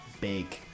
big